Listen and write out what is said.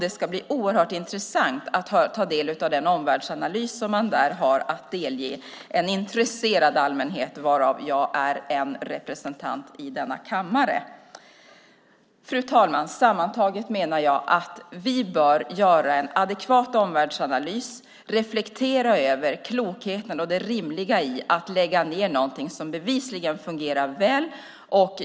Det ska bli oerhört intressant att ta del av den omvärldsanalys som man där har att delge en intresserad allmänhet, varav jag är en representant i denna kammare. Fru talman! Sammantaget menar jag att vi bör göra en adekvat omvärldsanalys och reflektera över klokheten och det rimliga i att lägga ned något som bevisligen fungerar väl.